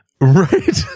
Right